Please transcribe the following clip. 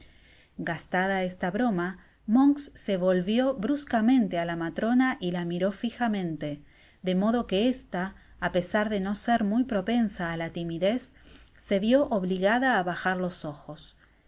gastada esta bromamonks se volvió bruscamente á la matrona y la miró fijamente de modo que esta apesar de no ser muy propensa á la timidez se vio obligada á bajar los ojos